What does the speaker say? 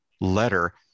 letter